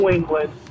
England